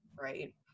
Right